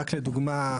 רק לדוגמא,